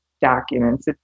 documents